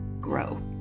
grow